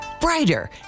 brighter